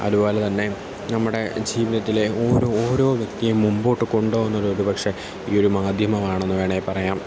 അതുപോലെത്തന്നെ നമ്മുടെ ജീവിതത്തിലെ ഓരോ ഓരോ വ്യക്തിയേയും മുമ്പോട്ട് കൊണ്ടുപോകുന്നത് ഒരുപക്ഷേ ഈ ഒരു മാധ്യമമാണെന്ന് വേണമെങ്കിൽ പറയാം